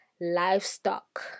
livestock